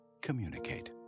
Communicate